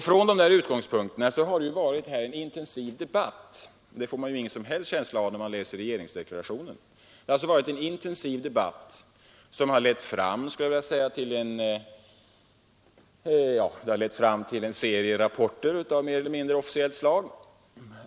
Från dessa utgångspunkter har det varit en intensiv debatt — det får man ju ingen som helst känsla av när man läser regeringsdeklarationen — som har lett fram till en serie rapporter av mer eller mindre officiellt slag.